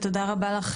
ותודה רבה לך,